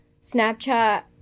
Snapchat